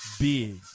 big